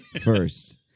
first